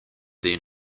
their